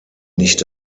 nicht